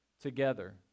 together